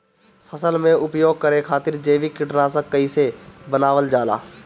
फसल में उपयोग करे खातिर जैविक कीटनाशक कइसे बनावल जाला?